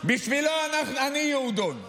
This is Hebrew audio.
בשבילו אני יהודון,